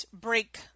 break